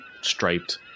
striped